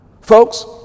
Folks